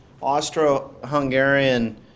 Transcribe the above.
Austro-Hungarian